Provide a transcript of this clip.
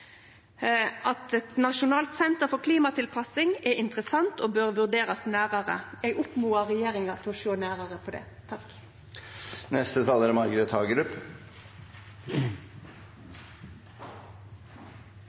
at eit nasjonalt senter for klimatilpassing er interessant og bør vurderast nærare. Eg oppmodar regjeringa til å sjå nærare på det. Stadig flere i Arbeiderpartiet er